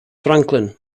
franklin